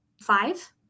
five